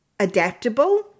adaptable